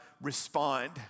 respond